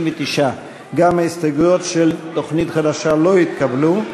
59. גם ההסתייגויות של תוכנית חדשה לא התקבלו.